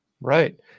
Right